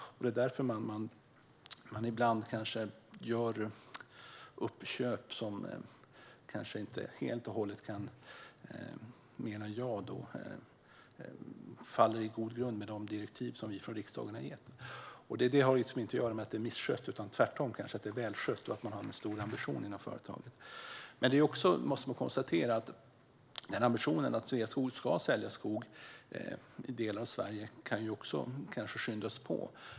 Det är därför man ibland gör uppköp som kanske inte helt och hållet, menar jag, stämmer överens med de direktiv som vi från riksdagen har gett. Det har inte att göra med att bolaget är misskött, utan tvärtom kanske att det är välskött och att man har en stor ambition inom företaget. Men man måste konstatera att ambitionen att Sveaskog ska sälja skog i delar av Sverige kanske kan skyndas på.